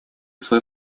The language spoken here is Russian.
свой